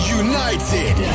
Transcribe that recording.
united